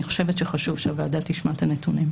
אני חושבת שחשוב שהוועדה תשמע את הנתונים.